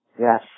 Yes